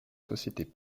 sociétés